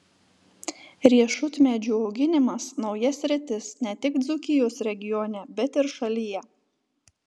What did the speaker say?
riešutmedžių auginimas nauja sritis ne tik dzūkijos regione bet ir šalyje